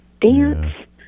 Dance